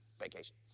Vacation